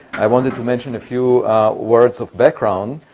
i wanted to mention a few words of background.